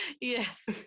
Yes